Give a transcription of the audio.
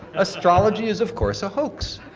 astrology is of course a hoax.